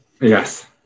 Yes